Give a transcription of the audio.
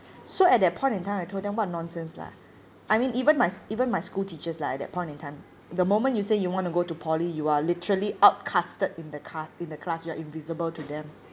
so at that point in time I told them what nonsense lah I mean even my even my school teachers lah at that point in time the moment you say you want to go to poly you are literally outcasted in the car in the class you're invisible to them